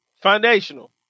foundational